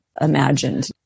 imagined